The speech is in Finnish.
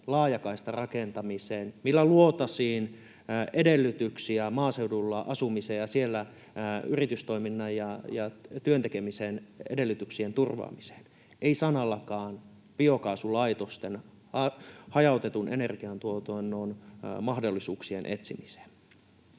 laajakaistarakentamiseen, millä luotaisiin edellytyksiä maaseudulla asumiseen ja siellä yritystoiminnan ja työn tekemisen edellytyksien turvaamiseen. Ei sanallakaan biokaasulaitosten, hajautetun energiantuotannon mahdollisuuksien etsimisestä.